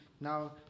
now